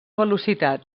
velocitat